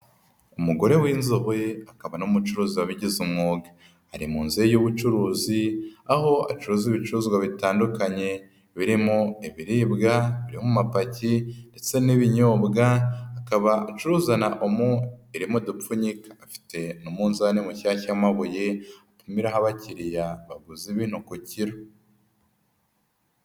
Umugore w'inzobe, akaba n'umucuruzi wabigize umwuga. Ari mu nzu ye y'ubucuruzi, aho acuruza ibicuruzwa bitandukanye, birimo ibiribwa biri mu mapaki, ndetse n'ibinyobwa, akaba acuruza na omo, irimo dupfunyika. Afite umunzani mushyashya w'amabuye, apimiraho abakiriya baguze ibintu ku cyiro.